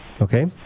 Okay